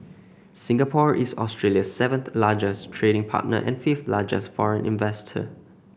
Singapore is Australia's seventh largest trading partner and fifth largest foreign investor